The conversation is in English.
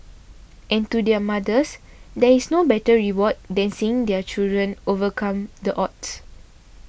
and to their mothers there is no better reward than seeing their children overcome the odds